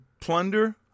plunder